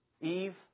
Eve